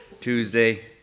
Tuesday